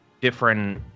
different